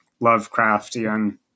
Lovecraftian